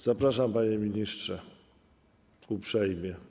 Zapraszam, panie ministrze, uprzejmie.